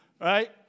right